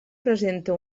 presenta